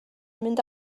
mynd